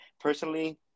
personally